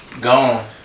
gone